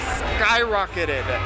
skyrocketed